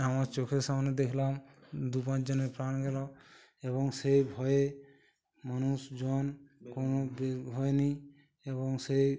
আমার চোখের সামনে দেখলাম দু পাঁচ জনের প্রাণ গেলো এবং সেই ভয়ে মানুষজন কোনো বের হয়নি এবং সে